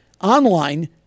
Online